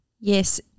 Yes